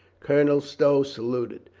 colonel stow saluted,